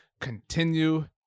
continue